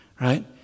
right